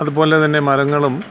അതുപോലെ തന്നെ മരങ്ങളും